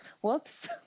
Whoops